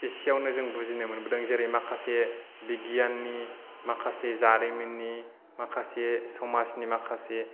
एसेआवनो जों बुजिनो मोनबोदों माखासे बिगियाननि माखासे जारिमिननि माखासे समाजनि माखासे